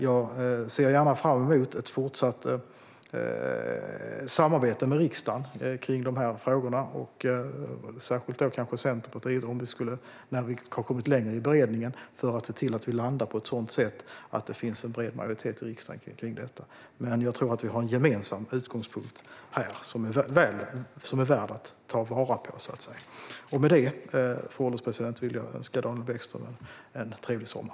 Jag ser fram emot ett fortsatt samarbete med riksdagen kring de här frågorna, särskilt då kanske med Centerpartiet, när vi har kommit längre i beredningen för att se till att vi landar på ett sådant sätt att det finns en bred majoritet i riksdagen kring detta. Jag tror att vi har en gemensam utgångspunkt här som är värd att ta vara på. Med detta, fru ålderspresident, vill jag önska Daniel Bäckström en trevlig sommar.